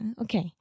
okay